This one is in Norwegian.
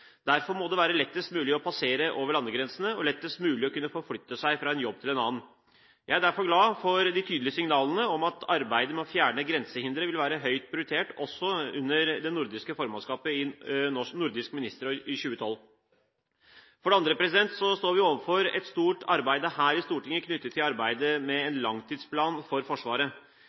Derfor må det være lettest mulig å passere over landegrensene og lettest mulig å kunne forflytte seg fra en jobb til en annen. Jeg er derfor glad for de tydelige signalene om at arbeidet med å fjerne grensehindre vil være høyt prioritert også under det nordiske formannskapet i Nordisk Ministerråd i 2012. For det andre står vi overfor et stort arbeid her i Stortinget knyttet til arbeidet med en langtidsplan for Forsvaret.